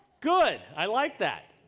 good, i like that.